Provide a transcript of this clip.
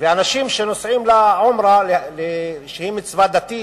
ואנשים שנוסעים לעומרה, שהיא מצווה דתית,